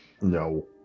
no